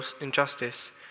injustice